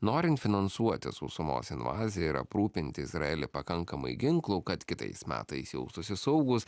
norint finansuoti sausumos invaziją ir aprūpinti izraelį pakankamai ginklų kad kitais metais jaustųsi saugūs